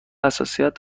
حساسیت